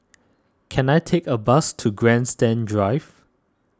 can I take a bus to Grandstand Drive